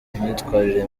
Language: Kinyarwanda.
imyitwarire